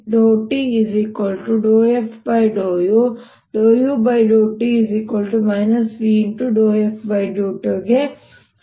∂u∂t v∂f∂u ಗೆ ಸಮಾನವಾಗಿರುತ್ತದೆ